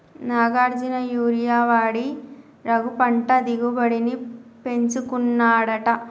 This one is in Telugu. నాగార్జున యూరియా వాడి రఘు పంట దిగుబడిని పెంచుకున్నాడట